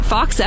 Fox